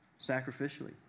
sacrificially